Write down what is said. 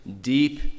deep